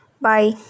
bye